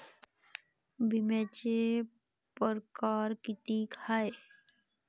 बिम्याचे परकार कितीक हाय?